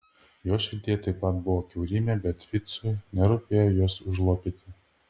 jos širdyje taip pat buvo kiaurymė bet ficui nerūpėjo jos užlopyti